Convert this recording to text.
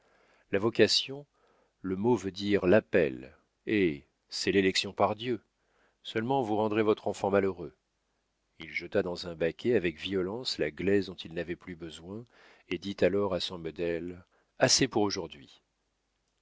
la vocation le mot veut dire l'appel eh c'est l'élection par dieu seulement vous rendrez votre enfant malheureux il jeta dans un baquet avec violence la glaise dont il n'avait plus besoin et dit alors à son modèle assez pour aujourd'hui